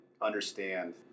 understand